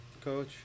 coach